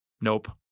Nope